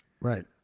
right